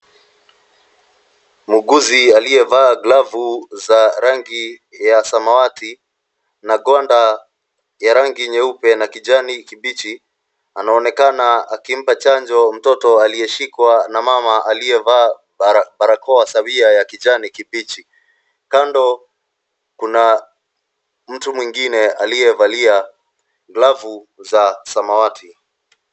Muuguzi aliyevaa glavu za rangi i ya samawati na gwanda ya rangi nyeupe na kijani kibichi anaonekana akimpa chanjo mtoto aliyeshikwa na mama aliyevaa barakoa sawia ya kijani kibichi. Kando kuna mtu mwingine aliyevalia glavu za samawati.